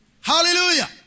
Hallelujah